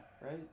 right